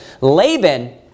Laban